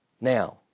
Now